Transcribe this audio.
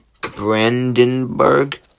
Brandenburg